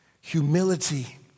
humility